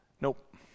nope